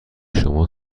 شما